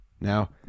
Now